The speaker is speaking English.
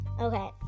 Okay